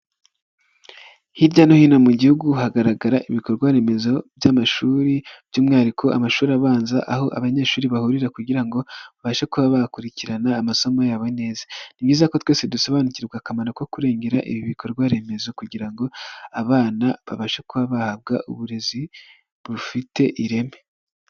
Hirya no hino mu Gihugu hagaragara ibikorwa remezo by'amashuri by'umwihariko amashuri abanza aho abanyeshuri bahurira kugira ngo babashe kuba bakurikirana amasomo yabo neza, ni byiza ko twese dusobanukirwa akamaro ko kurengera ibi bikorwa remezo kugira ngo abana babashe kuba bahabwa uburezi bufite ireme.